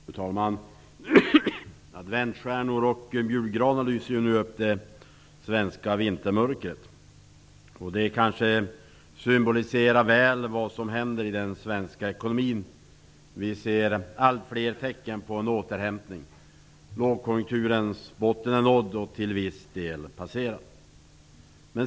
Fru talman! Adventsstjärnor och julgranar lyser nu upp det svenska vintermörkret. Det symboliserar väl vad som händer i den svenska ekonomin. Vi ser allt fler tecken på en återhämtning. Lågkonjunkturens botten är nådd och till viss del passerad.